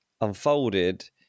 unfolded